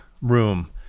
room